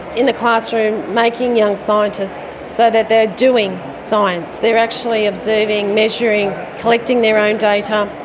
in the classroom making young scientists so that they are doing science, they are actually observing, measuring, collecting their own data,